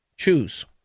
Choose